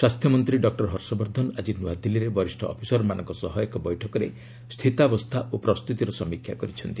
ସ୍ୱାସ୍ଥ୍ୟ ମନ୍ତ୍ରୀ ଡକ୍ଟର ହର୍ଷବର୍ଦ୍ଧନ ଆଜି ନୂଆଦିଲ୍ଲୀରେ ବରିଷ୍ଣ ଅଫିସରମାନଙ୍କ ସହ ଏକ ବୈଠକରେ ସ୍ଥିତାବସ୍ଥା ଓ ପ୍ରସ୍ତୁତିର ସମୀକ୍ଷା କରିଛନ୍ତି